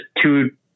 two